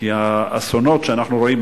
בגלל האסונות שאנחנו רואים.